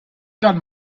dann